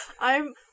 I'm-